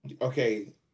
okay